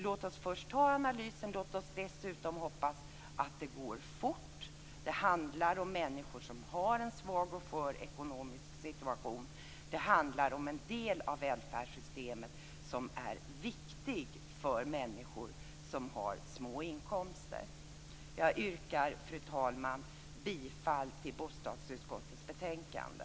Låt oss först göra analysen, och låt oss hoppas att det går fort. Det handlar om människor som har en svag och skör ekonomisk situation. Det handlar om en del av välfärdssystemet som är viktig för människor med små inkomster. Fru talman! Jag yrkar bifall till hemställan i bostadsutskottets betänkande.